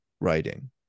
writing